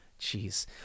Jeez